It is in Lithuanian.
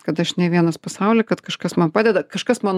kad aš ne vienas pasauly kad kažkas man padeda kažkas man